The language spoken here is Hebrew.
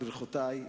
ברכותי,